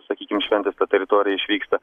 sakykim šventės tą teritoriją išvyksta